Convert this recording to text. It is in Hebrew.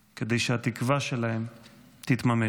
כדי שהתקווה שלהם תתממש.